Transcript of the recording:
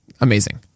amazing